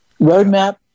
Roadmap